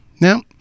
Now